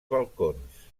balcons